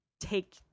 take